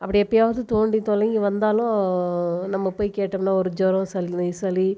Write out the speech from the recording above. அப்படி எப்படியாவது தோண்டி துலங்கி வந்தாலும் நம்ம போய் கேட்டோம்னா ஒரு ஜுரம் சளி சளி